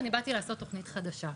ואני באתי לעשות תוכנית חדשה.